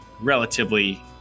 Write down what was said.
relatively